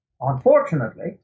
unfortunately